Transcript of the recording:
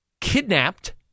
kidnapped